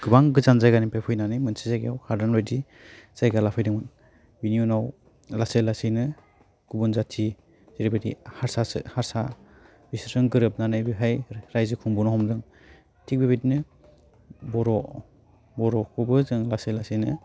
गोबां गोजान जायगानिफ्राय फैनानै मोनसे जायगायाव हादान बायदि जायगा लाफैदोंमोन बेनि उनाव लासै लासैनो गुबुन जाथि जेरै बायदि हारसासो हारसा बिसोरजों गोरोबनानै बेहाय रायजो खुंबोनो हमदों थिक बेबायदिनो बर' बर'खौबो जों लासै लासैनो